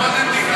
כי קודם דקלמת.